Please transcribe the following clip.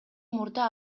мурда